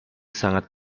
sangat